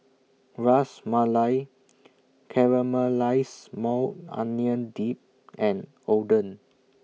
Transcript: Ras Malai Caramelized Maui Onion Dip and Oden